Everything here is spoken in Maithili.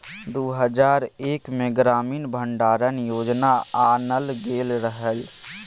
दु हजार एक मे ग्रामीण भंडारण योजना आनल गेल रहय